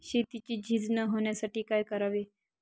शेतीची झीज न होण्यासाठी काय करावे?